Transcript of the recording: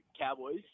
Cowboys